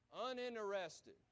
uninterested